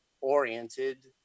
oriented